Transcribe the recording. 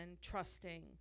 trusting